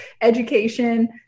education